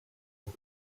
auf